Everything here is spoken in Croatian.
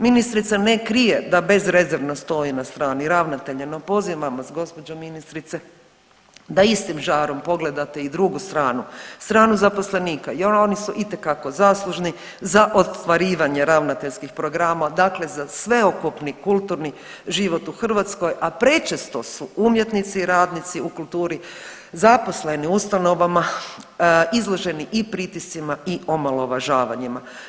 Ministrica ne krije da bezrezervno stoji na strani ravnatelja, no pozivam vas gospođo ministrice da istim žarom pogledate i drugu stranu, stranu zaposlenika jer oni su itekako zaslužni za ostvarivanje ravnateljskih programa, dakle za sveukupni kulturni život u Hrvatskoj, a prečesto su umjetnici i radnici u kulturi zaposleni u ustanovama izloženi i pritiscima i omalovažavanjima.